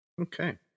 Okay